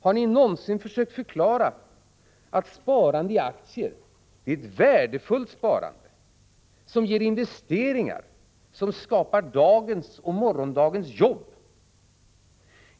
Har någonsin en socialdemokrat försökt förklara att sparande i aktier är ett värdefullt sparande som ger investeringar, som skapar dagens och morgondagens jobb?